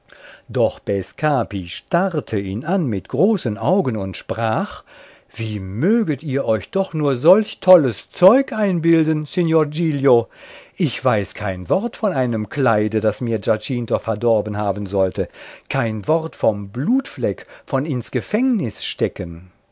doch bescapi starrte ihn an mit großen augen und sprach wie möget ihr euch doch nur solch tolles zeug einbilden signor giglio ich weiß kein wort von einem kleide das mir giacinta verdorben haben sollte kein wort vom blutfleck von ins gefängnisstecken